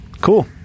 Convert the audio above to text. Cool